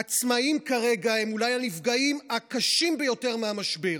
עצמאים כרגע הם אולי הנפגעים הקשים ביותר מהמשבר,